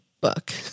book